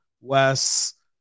Wes